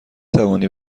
توانی